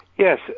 Yes